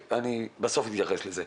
בסוף אתייחס לזה.